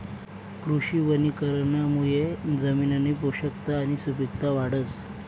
कृषी वनीकरणमुये जमिननी पोषकता आणि सुपिकता वाढस